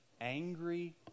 angry